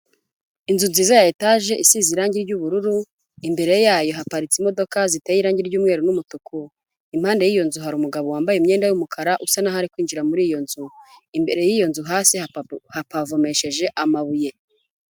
Inzu nziza ya etage isize irangi ry'ubururu, imbere yayo haparitse imodoka ziteye irangi ry'umweru n'umutuku, impande y'iyo nzu hari umugabo wambaye imyenda y'umukara usa naho hari ari kwinjira muri iyo nzu, imbere y'iyo nzu hasi hapavomesheje amabuye.